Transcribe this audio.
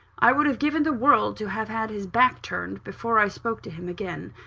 i would have given the world to have had his back turned, before i spoke to him again.